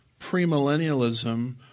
premillennialism